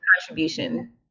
contribution